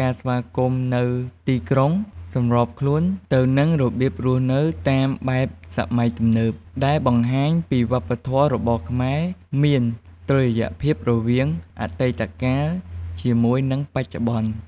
ការស្វាគមន៍នៅទីក្រុងសម្របខ្លួនទៅនឹងរបៀបរស់នៅតាមបែបសម័យទំនើប ដែលបង្ហាញពីវប្បធម៌របស់ខ្មែរមានតុល្យភាពរវាងអតីតកាលជាមួយនឹងបច្ចុប្បន្ន។